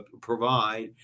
provide